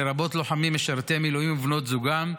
לרבות לוחמים משרתי מילואים ובנות זוגם,